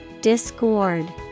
Discord